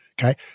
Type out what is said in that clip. okay